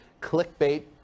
clickbait